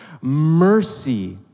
Mercy